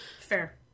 Fair